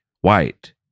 white